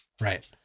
Right